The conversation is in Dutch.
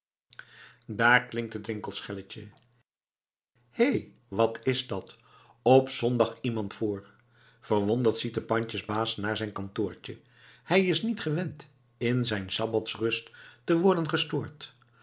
daar klinkt het winkelschelletje hé wat is dat op zondag iemand voor verwonderd ziet de pandjebaas naar zijn kantoortje hij is niet gewend in zijn sabbatsrust te worden gestoord